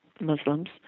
Muslims